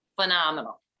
phenomenal